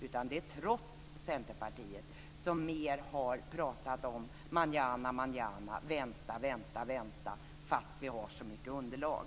Utan det är trots Centerpartiet som mer har pratat om mañana och att vänta, fast vi har så mycket underlag.